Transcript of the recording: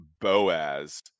Boaz